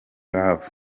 love